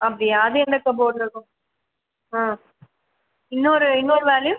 அப்படியா அது எந்த கபோர்டில் இருக்கும் இன்னொரு இன்னொரு வால்யூம்